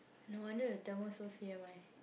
no wonder the Tamil so C_M_I